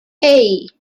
hey